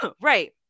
right